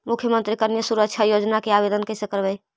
मुख्यमंत्री कन्या सुरक्षा योजना के आवेदन कैसे करबइ?